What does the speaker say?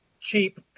cheap